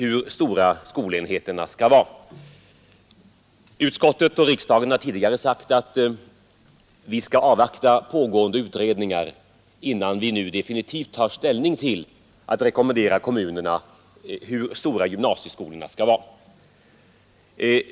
Utskottet och riksdagen har tidigare uttalat att vi bör avvakta slutförandet av pågående utredningar innan vi tar ställning till att rekommendera kommunerna hur stora gymnasieskolorna skall vara.